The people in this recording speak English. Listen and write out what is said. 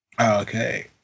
Okay